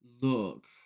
look